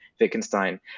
Wittgenstein